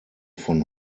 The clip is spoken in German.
von